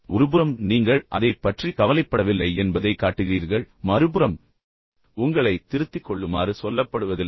ஒருபுறம் நீங்கள் அதைப் பற்றி கவலைப்படவில்லை என்பதைக் காட்டுகிறீர்கள் மறுபுறம் உண்மை என்னவென்றால் உங்களைத் திருத்திக் கொள்ளுமாறு உங்களுக்குச் சொல்லப்படுவதில்லை